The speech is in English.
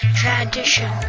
tradition